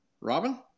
Robin